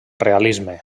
realisme